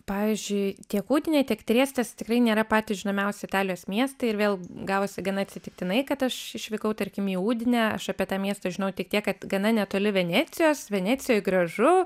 pavyzdžiui tiek udinė tiek triestas tikrai nėra patys žinomiausi italijos miestai ir vėl gavosi gana atsitiktinai kad aš išvykau tarkim į udinę aš apie tą miestą žinojau tik tiek kad gana netoli venecijos venecijoj gražu